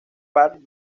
bart